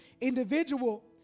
individual